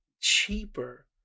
cheaper